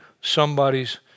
somebody's